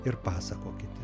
ir pasakokite